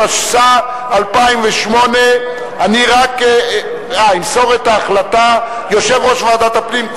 התשס"ח 2008. ימסור את ההחלטה יושב-ראש ועדת הפנים,